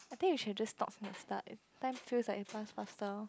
I think we should just talk next time time feels like it pass faster